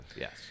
yes